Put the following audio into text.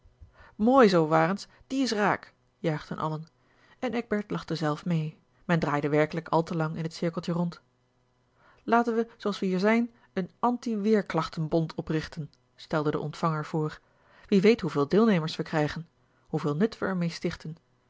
mooi zoo warens die is raak juichten allen en eckbert lachte zelf mee men draaide werkelijk al te lang in t cirkeltje rond laten wij zooals we hier zijn een antiweerklachtenbond oprichten stelde de ontvanger voor wie weet hoeveel deelnemers wij krijgen hoeveel nut wij er mee stichten